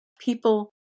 People